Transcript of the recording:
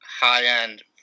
high-end